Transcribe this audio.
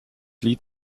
lied